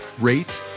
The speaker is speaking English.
rate